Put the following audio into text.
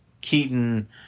keaton